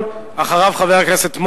חבר הכנסת ישראל חסון.